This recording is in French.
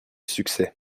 succès